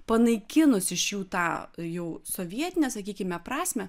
panaikinus iš jų tą jau sovietinę sakykime prasmę